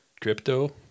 crypto